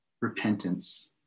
Repentance